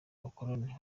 bakoloni